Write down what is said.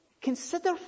consider